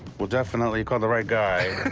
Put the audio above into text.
well, definitely you called the right guy.